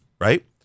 right